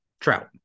trout